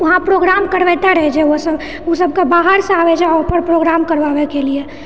वहाँ प्रोग्राम करबैते रहैछेै ओसब ओ सब के बाहरसँ अबैछेै ऑफर प्रोग्राम करबाबएके लिए